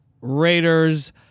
Raiders